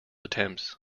attempts